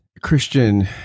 Christian